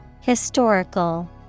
Historical